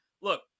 look